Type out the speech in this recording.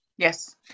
yes